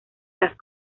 las